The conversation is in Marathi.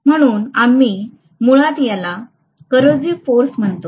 म्हणून आम्ही याला मुळात coercive forceम्हणतो